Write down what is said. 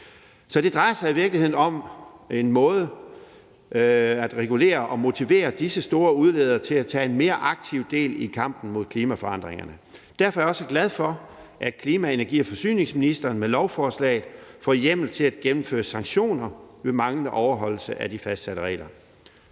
Så det drejer sig i virkeligheden om en måde at regulere og motivere disse store udledere til at tage en mere aktiv del i kampen mod klimaforandringerne. Derfor er jeg også glad for, at klima-, energi- og forsyningsministeren med lovforslaget får hjemmel til at gennemføre sanktioner ved manglende overholdelse af de fastsatte regler.